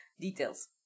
Details